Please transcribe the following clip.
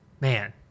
man